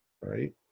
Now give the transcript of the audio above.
Right